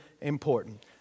important